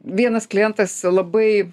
vienas klientas labai